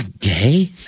gay